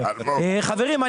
חברים,